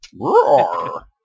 Roar